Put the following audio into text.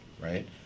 right